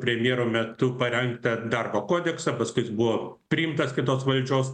premjero metu parengtą darbo kodeksą paskui jis buvo priimtas kitos valdžios